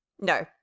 No